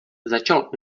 začal